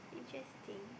interesting